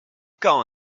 quand